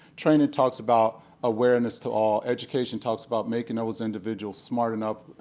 training talks about awareness to all. education talks about making those individuals smart enough,